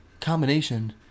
combination